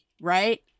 right